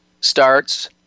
starts